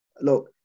Look